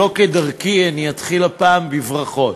שלא כדרכי אני אתחיל הפעם בברכות.